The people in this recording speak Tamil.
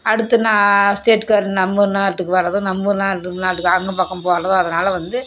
அடுத்த நா ஸ்டேட்காரரு நம்ம நாட்டுக்கு வரதும் நம்ம நாட்டு நாட்டுக்காரரு அந்த பக்கம் போகிறதும் அதனால் வந்து